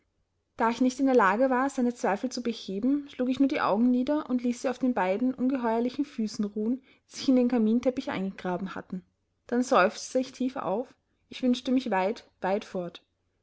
da ich nicht in der lage war seine zweifel zu beheben schlug ich nur die augen nieder und ließ sie auf den beiden ungeheuerlichen füßen ruhen die sich in den kaminteppich eingegraben hatten dann seufzte ich tief auf ich wünschte mich weit weit fort